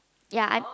ya